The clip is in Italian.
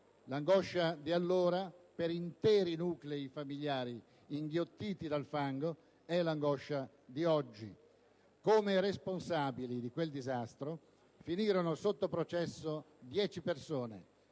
L'angoscia di allora per interi nuclei familiari inghiottiti dal fango è l'angoscia di oggi. Come responsabili di quel disastro finirono sotto processo dieci persone: